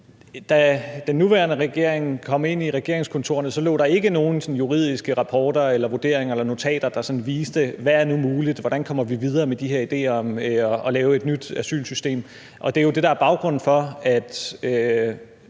Da den nuværende regering kom ind i regeringskontorerne, lå der ikke nogle sådan juridiske rapporter eller vurderinger eller notater, der viste, hvad der nu er muligt, og hvordan vi kommer videre med de her idéer om at lave et nyt asylsystem. Det er jo det, der er baggrunden for, at